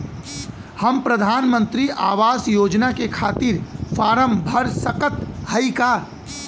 हम प्रधान मंत्री आवास योजना के खातिर फारम भर सकत हयी का?